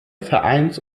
vereins